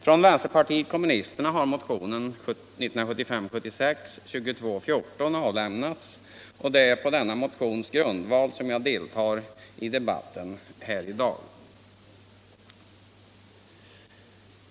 Från vänsterpartiet kommunisterna har motionen 1975/76:2214 avlämnats och det är på denna motions grundval som jag deltar i debatten här i dag.